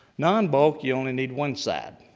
non-bulk you only need one side.